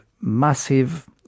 massive